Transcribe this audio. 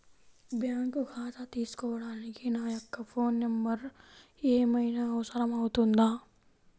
Bank ఖాతా తీసుకోవడానికి నా యొక్క ఫోన్ నెంబర్ ఏమైనా అవసరం అవుతుందా?